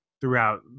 throughout